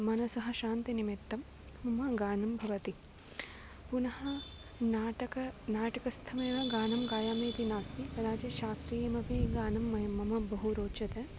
मनसः शान्तिनिमित्तं मम गानं भवति पुनः नाटकं नाटकस्थमेव गानं गायामि इति नास्ति कदाचित् शास्त्रीयमपि गानं मह्यं मम बहु रोचते